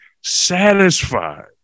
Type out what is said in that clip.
satisfied